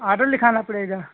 order लिखाना पड़ेगा